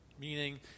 Meaning